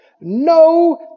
no